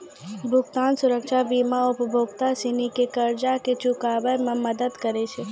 भुगतान सुरक्षा बीमा उपभोक्ता सिनी के कर्जा के चुकाबै मे मदद करै छै